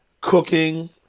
cooking